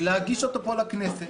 להגיש אותו פה לכנסת,